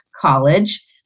College